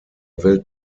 welt